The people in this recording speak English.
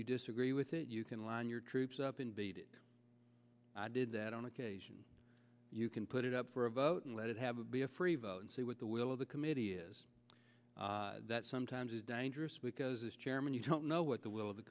you disagree with it you can line your troops up and beat it did that on occasion you can put it up for a vote and let it have be a free vote and see what the will of the committee is that sometimes is dangerous because as chairman you don't know what the will of the